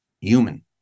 human